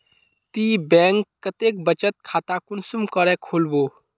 ती बैंक कतेक बचत खाता कुंसम करे खोलबो?